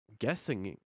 guessing